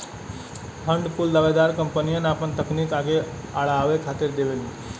fund कुल दावेदार कंपनियन आपन तकनीक आगे अड़ावे खातिर देवलीन